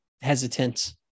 hesitant